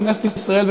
בכנסת ישראל,